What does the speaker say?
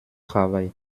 travail